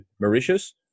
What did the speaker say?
Mauritius